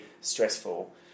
stressful